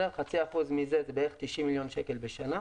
0.5% מזה יוצא בערך 90 מיליון שקל בשנה.